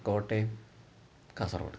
Kottayam Kasaragod